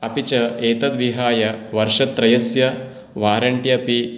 अपि च एतद् विहाय वर्षत्रयस्य वारण्टि अपि